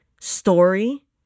story